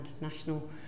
national